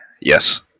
Yes